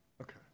Okay